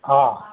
हा